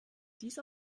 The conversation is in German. dies